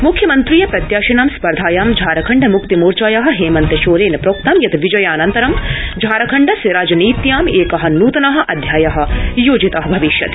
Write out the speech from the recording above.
म्ख्यमन्त्रीय प्रत्याशिनां स्पर्धायां झारखण्ड म्क्तिमार्चाया हेमन्त शोरेन प्रोक्तं यत् विजयानन्तरं झारखण्डस्य राजनीत्यां एक नूतन अध्याय योजितो भविष्यति